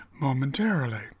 momentarily